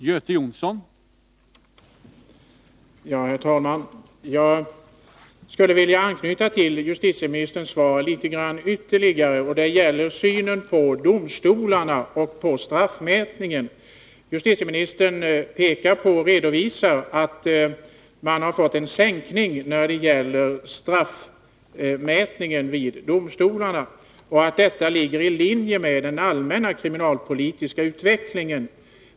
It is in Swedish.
Herr talman! Jag skulle vilja anknyta till justitieministerns svar litet ytterligare. Det gäller synen på domstolarna och på straffmätningen. Justitieministern redovisar att man har fått en sänkning när det gäller straffmätningen vid domstolarna och att detta ligger i linje med den allmänna kriminalpolitiska utvecklingen.